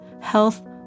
health